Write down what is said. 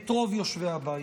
את רוב יושבי הבית.